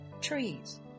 trees